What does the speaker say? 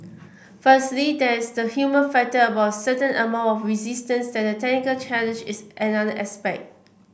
firstly there is the human factor about a certain amount of resistance and the technical challenge is another aspect